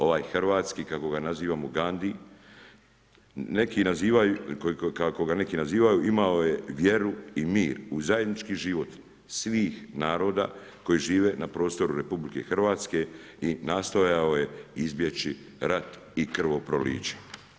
Ovaj hrvatski, kako ga nazivamo Ghandi kako ga neki nazivaju, imao je vjeru i mir u zajednički život svih naroda koji žive na prostoru RH i nastojao je izbjeći rat i krvoproliće.